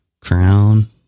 Crown